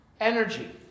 energy